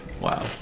Wow